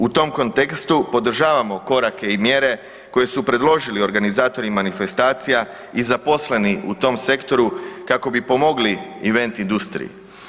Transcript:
U tom kontekstu podržavamo korake i mjere koje su predložili organizatori manifestacija i zaposleni u tom sektoru kako bi pomogli event industriji.